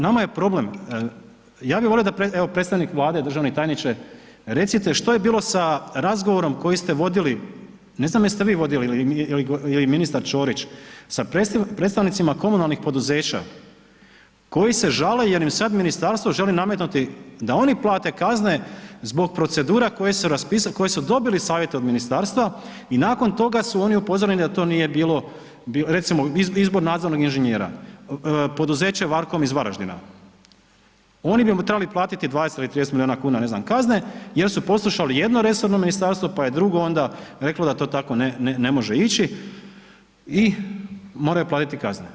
Nama je problem, ja bih volio da evo predstavnik Vlade, državni tajniče, recite što je bilo sa razgovorom koji ste vodili, ne znam jeste li vi vodili ili ministar Čorić sa predstavnicima komunalnih poduzeća koji se žale jer im sad ministarstvo želi nametnuti da oni plate kazne zbog procedura koje su raspisali, koje su dobili savjete iz ministarstva i nakon toga su oni upozoreni da to nije bilo, recimo izbor nadzornog inženjera, poduzeće Varkom iz Varaždina oni bi trebali platiti 20 ili 30 milijuna kuna kazne jer su poslušali jedno resorno ministarstvo pa je drugo onda reklo da to tako ne može ići i moraju platiti kazne.